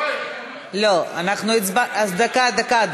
אז דקה,